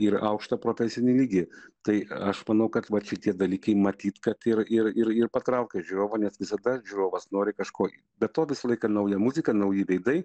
ir aukštą profesinį lygį tai aš manau kad vat šitie dalykai matyt kad ir ir ir ir patraukia žiūrovą nes visada žiūrovas nori kažko be to visą laiką nauja muzika nauji veidai